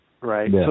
right